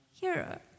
hero